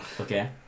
Okay